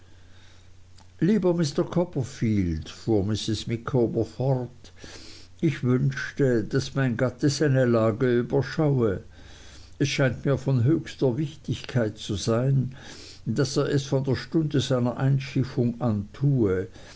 lieber mr copperfield fuhr mrs micawber fort ich wünschte daß mein gatte seine lage überschaue es scheint mir von höchster wichtigkeit zu sein daß er es von der stunde seiner einschiffung an tue